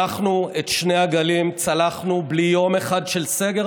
אנחנו את שני הגלים צלחנו בלי יום אחד של סגר,